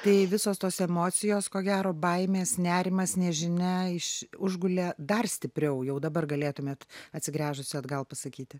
tai visos tos emocijos ko gero baimės nerimas nežinia iš užgulė dar stipriau jau dabar galėtumėt atsigręžusi atgal pasakyti